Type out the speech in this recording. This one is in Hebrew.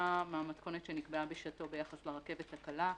מהמתכונת שנקבעה בשעתו ביחס לרכבת הקלה,